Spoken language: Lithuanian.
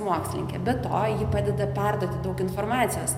mokslininkė be to ji padeda perduoti daug informacijos